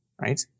Right